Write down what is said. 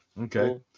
Okay